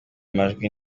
amajwi